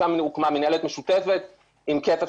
שם הוקמה מינהלת משותפת עם כסף